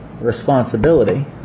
responsibility